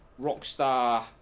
Rockstar